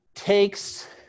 takes